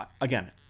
again